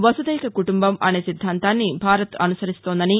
వసుదైక కుటుంబం అనే సిద్దాంతాన్ని భారత్ అనుసరిస్తోందని